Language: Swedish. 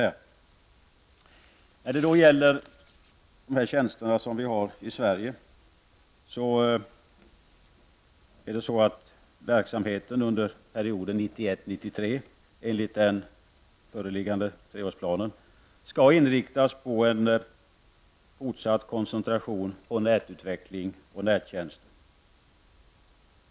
Verksamheten under perioden 1991 till 1993 enligt den föreliggande treårsplanen skall inriktas på fortsatt koncentration på nätutveckling och nättjänster.